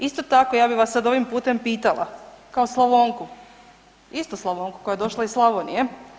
Isto tako ja bih vas sad ovim putem pitala kao Slavonka, isto Slavonka koja je došla iz Slavonije.